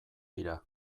dira